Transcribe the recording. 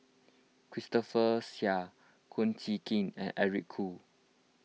Christopher Chia Kum Chee Kin and Eric Khoo